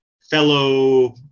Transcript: fellow